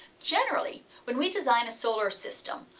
generally when we design a solar system,